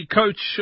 coach